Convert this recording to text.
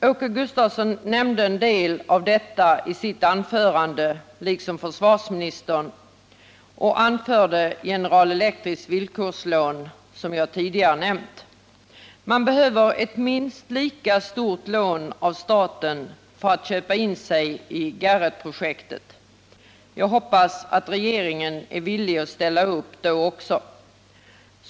Åke Gustavsson nämnde en del av detta i sitt anförande — liksom försvarsministern — och anförde General Electrics villkorslån, som jag tidigare talat om. Man behöver ett minst lika stort lån av staten för att köpa in sig i Garretprojektet. Jag hoppas att regeringen är villig att ställa upp då också.